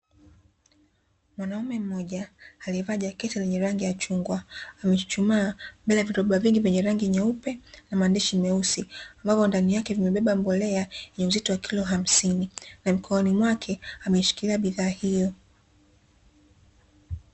Mwanaume mmoja, aliye vaa jaketi lenye rangi ya chungwa, ame chuchumaa mbele ya viroba vingi vyenye rangi nyeupe na maandishi meusi, ambapo ndani yake vime beba mbolea yenye uzito wa kilo hamsini na mkononi mwake ame shikilia bidhaa hiyo.